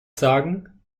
sagen